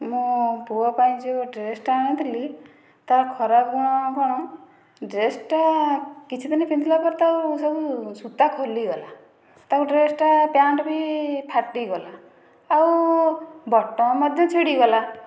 ମୋ ପୁଅ ପାଇଁ ଯେଉଁ ଡ୍ରେସ ଟା ଆଣିଥିଲି ତାର ଖରାପ ଗୁଣ କ'ଣ ଡ୍ରେସ୍ ଟା କିଛି ଦିନ ପିନ୍ଧିଲା ପରେ ତ ଆଉ ସବୁ ସୂତା ଖୋଲିଗଲା ତାକୁ ଡ୍ରେସ୍ ଟା ପ୍ୟାଣ୍ଟ ବି ଫାଟିଗଲା ଆଉ ବଟନ ମଧ୍ୟ ଛିଡ଼ିଗଲା